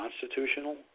constitutional